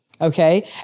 Okay